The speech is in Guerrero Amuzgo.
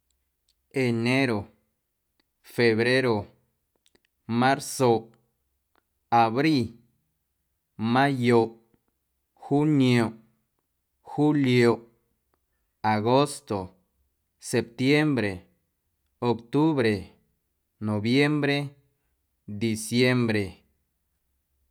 Enero, febrero, marzoꞌ, abri, mayoꞌ, juniomꞌ, julioꞌ, agosto, septiembre, octubre, noviembre, diciembre.